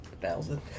thousand